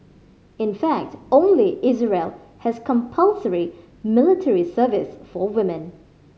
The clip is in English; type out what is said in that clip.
in fact only Israel has compulsory military service for women